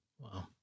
Wow